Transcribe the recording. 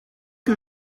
que